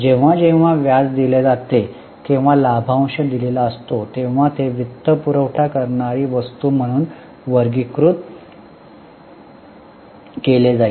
जेव्हा जेव्हा व्याज दिले जाते किंवा लाभांश दिलेला असतो तेव्हा ते वित्तपुरवठा करणारी वस्तू म्हणून वर्गीकृत केले जाईल